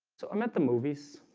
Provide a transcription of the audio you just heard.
so i'm at the movies